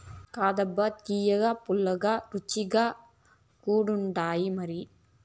కాదబ్బా తియ్యగా, పుల్లగా, రుచిగా కూడుండాయిమరి